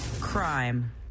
Crime